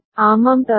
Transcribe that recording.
ஆமாம் தானே